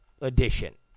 edition